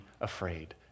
afraid